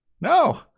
No